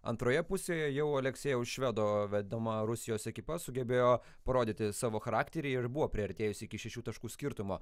antroje pusėje jau aleksejaus švedo vedama rusijos ekipa sugebėjo parodyti savo charakterį ir buvo priartėjusi iki šešių taškų skirtumo